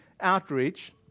outreach